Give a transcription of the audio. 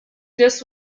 this